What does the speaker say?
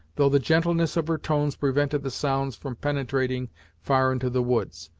though the gentleness of her tones prevented the sounds from penetrating far into the woods.